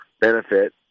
Benefit